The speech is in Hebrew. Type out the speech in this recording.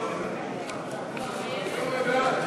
סעיף 26,